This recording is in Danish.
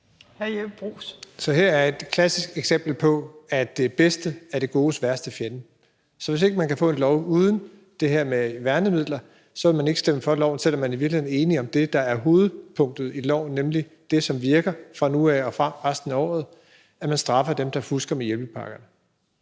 er et klassisk eksempel på, at det bedste er det godes værste fjende. Så hvis ikke man kan få en lov uden det her med værnemidler, vil man ikke stemme for lovforslaget, selv om man i virkeligheden er enig i det, der er hovedpunktet i lovforslaget, nemlig det, som virker fra nu af og resten af året, altså at man straffer dem, der fusker med hjælpepakker.